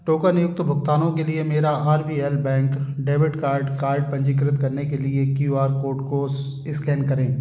टोकनयुक्त भुगतानों के लिए मेरा R B L bank debit card card पंजीकृत करने के लिए क्यू आर कोड को एस्कैन करें